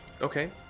okay